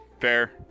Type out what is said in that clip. Fair